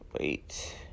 Wait